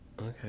Okay